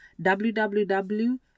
www